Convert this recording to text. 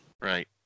Right